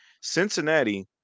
Cincinnati